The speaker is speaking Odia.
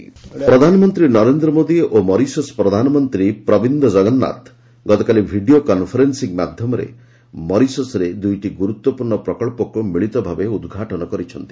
ପିଏମ୍ ମରିସସ୍ ପ୍ରୋଜେକ୍ଟ ପ୍ରଧାନମନ୍ତ୍ରୀ ନରେନ୍ଦ୍ର ମୋଦୀ ଓ ମରିସସ୍ ପ୍ରଧାନମନ୍ତ୍ରୀ ପ୍ରବିନ୍ଦ ଜଗନ୍ନାଥ ଗତକାଲି ଭିଡ଼ିଓ କନ୍ଫରେନ୍ସିଂ ମାଧ୍ୟରେ ମରିସସ୍ରେ ଦୁଇଟି ଗୁରୁତ୍ୱପୂର୍ଣ୍ଣ ପ୍ରକଳ୍ପକ୍ ମିଳିତ ଭାବେ ଉଦ୍ଘାଟନ କରିଛନ୍ତି